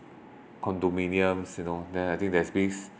condominiums you know then I think there's this